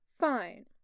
Fine